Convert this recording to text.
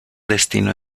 destino